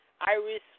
Iris